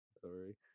sorry